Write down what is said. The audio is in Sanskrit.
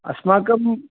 अस्माकम्